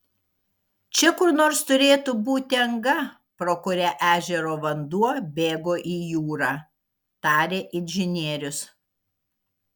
čia kur nors turėtų būti anga pro kurią ežero vanduo bėgo į jūrą tarė inžinierius